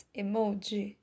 emoji